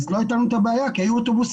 אז לא הייתה לנו הבעיה כי היו אוטובוסים